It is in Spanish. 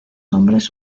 hombres